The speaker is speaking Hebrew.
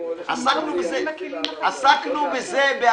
מה עושים עם הכלים החדשים שנכנסו?